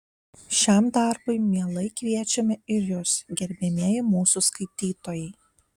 šiam darbui mielai kviečiame ir jus gerbiamieji mūsų skaitytojai